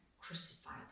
crucified